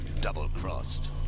double-crossed